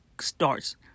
starts